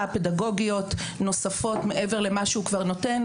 פדגוגיות נוספות מעבר למה שהוא כבר נותן,